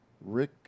Rick